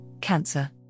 Cancer